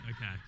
Okay